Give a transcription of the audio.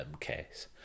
case